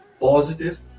positive